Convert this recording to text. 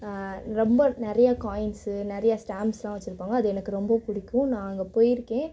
ரொம்ப நிறையா காயின்ஸு நிறையா ஸ்டாம்ப்ஸெலாம் வச்சுருப்பாங்க அது எனக்கு ரொம்ப பிடிக்கும் நான் அங்கே போயிருக்கேன்